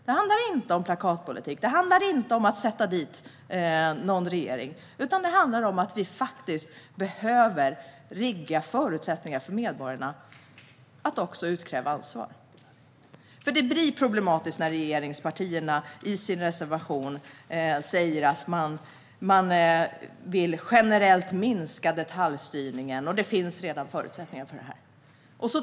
Det handlar inte om plakatpolitik. Det handlar inte om att sätta dit någon regering, utan det handlar om att vi faktiskt behöver rigga förutsättningarna för medborgarna att utkräva ansvar. Det blir problematiskt när regeringspartierna i sin reservation säger att de generellt vill minska detaljstyrningen och att det redan finns förutsättningar för detta.